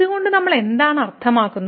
ഇത് കൊണ്ട് നമ്മൾ എന്താണ് അർത്ഥമാക്കുന്നത്